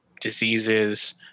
diseases